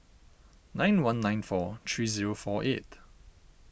nine one nine four three zero four eight